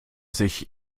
sich